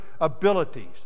abilities